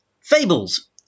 Fables